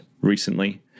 recently